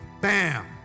bam